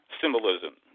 symbolism